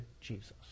Jesus